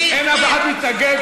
אף אחד לא מתנגד?